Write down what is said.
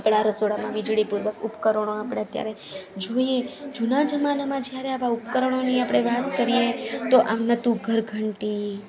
આપણા રસોડામાં વીજળી પૂર્વક ઉપકરણો આપણે અત્યારે જોઈએ જૂના જમાનામાં જ્યારે આવા ઉપકરણોની વાત કરીએ તો આમના તો ઘર ઘંટી